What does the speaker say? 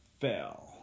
fell